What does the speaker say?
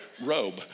robe